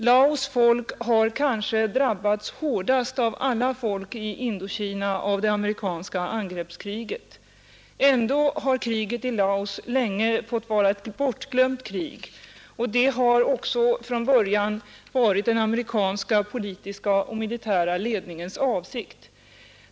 Laos folk har kanske drabbats hårdast av alla folk i Indokina av det amerikanska angreppskriget. Ändå har kriget i Laos länge fått vara ett bortglömt krig. Och det har också från början varit den amerikanska politiska och militära ledningens avsikt.